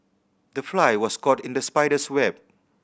the fly was caught in the spider's web